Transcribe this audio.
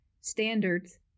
standards